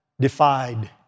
defied